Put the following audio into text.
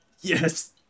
Yes